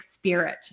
spirit